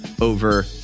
over